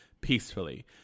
peacefully